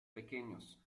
pequeños